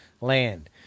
land